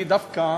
אני דווקא